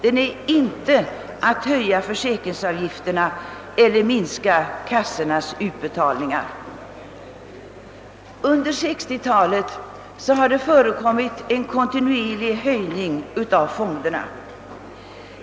Under 1960-talet har fonderna vuxit kontinuerligt.